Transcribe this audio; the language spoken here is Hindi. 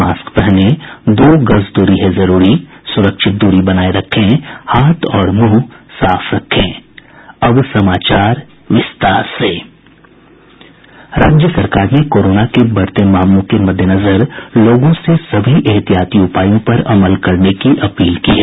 मास्क पहनें दो गज दूरी है जरूरी सुरक्षित दूरी बनाये रखें हाथ और मुंह साफ रखें राज्य सरकार ने कोरोना के बढ़ते मामलों के मददेनजर लोगों से सभी एहतियाती उपायों पर अमल करने की अपील की है